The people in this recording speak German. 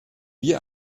wie